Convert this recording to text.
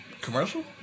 Commercial